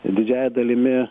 didžiąja dalimi